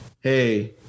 hey